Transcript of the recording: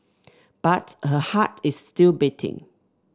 but her heart is still beating